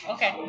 Okay